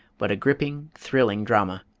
but a gripping, thrilling drama.